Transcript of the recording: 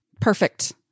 perfect